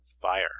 fire